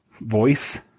voice